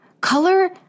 Color